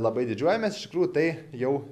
labai didžiuojamės iš tikrųjų tai jau